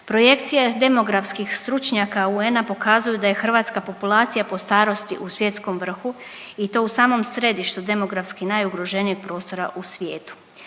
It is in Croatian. Projekcije demografskih stručnjaka UN-a pokazuju da je hrvatska populacija po starosti u svjetskom vrhu i to u samom središtu demografski najugroženijeg prostora u svijetu.